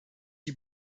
die